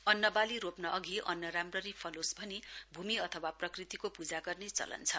अन्नबाली रोप्नअघि अन्न राम्ररी फलोस् भूमि अथवा प्रकृतिको पूजा गर्ने चलन छ